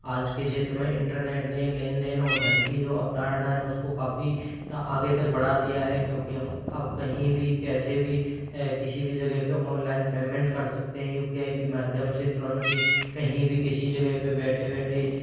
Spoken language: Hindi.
आज के क्षेत्र में इंटरनेट नहीं लेन देन और धन की जो अवधारणाएँ है उसको काफ़ी आगे तक बढ़ा दिया है क्योंकि हम अब कहीं भी कैसे भी किसी भी जगह पर ऑनलाइन पेमेंट कर सकते हैं यू पी आई की माध्यम से तुरंत ही कहीं भी किसी जगह पर बैठे बैठे